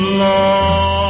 love